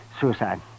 Suicide